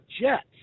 Jets